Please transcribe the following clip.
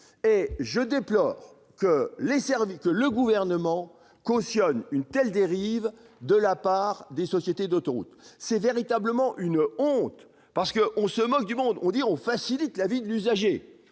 et je déplore que le Gouvernement cautionne une telle dérive de la part des sociétés d'autoroutes. C'est véritablement une honte et l'on se moque du monde : prétendre faciliter la vie de l'usager en